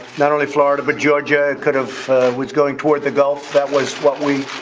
not only florida but georgia could have which going toward the gulf. that was what we.